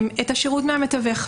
השירות מהמתווך.